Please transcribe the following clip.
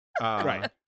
right